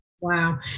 Wow